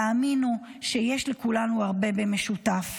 תאמינו שיש לכולנו הרבה במשותף.